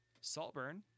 Saltburn